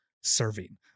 serving